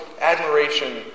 admiration